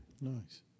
nice